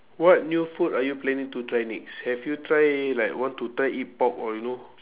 what new food are you planning to try next have you try like want to try eat pork or you know